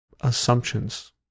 assumptions